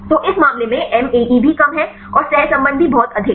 तो इस मामले में एमएई भी कम है और सहसंबंध भी बहुत अधिक है